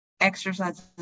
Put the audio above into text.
exercises